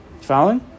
Following